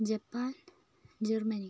Japan Germany